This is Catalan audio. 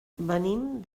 venim